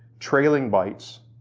trailing bytes,